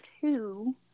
two